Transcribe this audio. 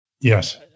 Yes